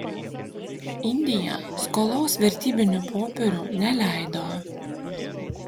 indija skolos vertybinių popierių neleido